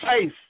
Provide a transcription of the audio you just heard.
faith